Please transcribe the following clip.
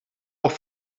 auch